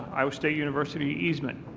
iowa state university easement.